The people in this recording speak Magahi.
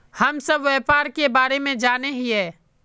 हम सब व्यापार के बारे जाने हिये?